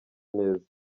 neza